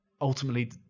ultimately